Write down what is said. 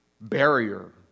barrier